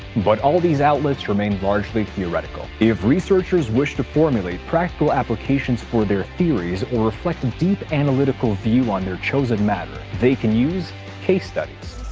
but all these outlets remain largely theoretical. if researchers wish to formulate practical applications for their theories, or reflect a deep analytical view on their chosen matter, they use case studies.